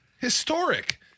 Historic